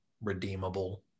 redeemable